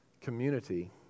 community